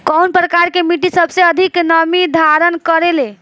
कउन प्रकार के मिट्टी सबसे अधिक नमी धारण करे ले?